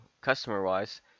customer-wise